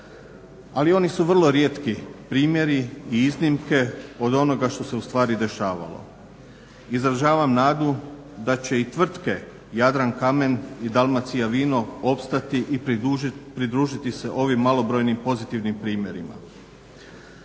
Ali oni su vrlo rijetki primjeri i iznimke od onoga što se ustvari dešavalo. Izražavam nadu da će i tvrtke Jadrankamen i Dalmacija vino opstati i pridružiti se ovim malobrojnim pozitivnim primjerima.